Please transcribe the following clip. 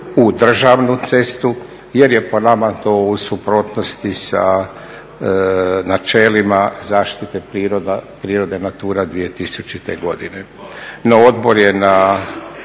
u državnu cestu jer je po nama to u suprotnosti sa načelima zaštite prirode Natura 2000.godine.